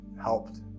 helped